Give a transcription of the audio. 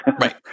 Right